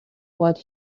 what